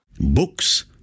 Books